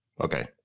Okay